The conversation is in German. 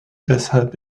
deshalb